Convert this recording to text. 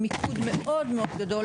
עם מיקוד מאוד מאוד גדול,